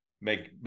make